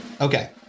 Okay